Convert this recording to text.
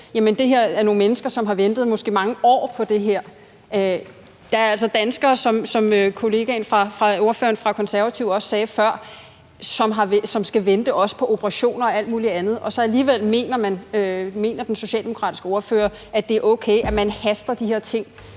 det her er nogle mennesker, som måske har ventet mange år på det her, men der er altså også, som ordføreren for De Konservative sagde før, mange danskere, som skal vente på operationer og alt mulig andet, og alligevel mener den socialdemokratiske ordfører, at det er okay, at man haster de her ting